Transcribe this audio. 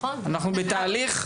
אנחנו בתהליך,